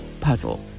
puzzle